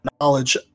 knowledge